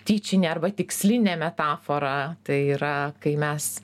tyčinė arba tikslinė metafora tai yra kai mes